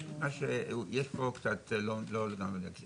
אין לנו יותר כללים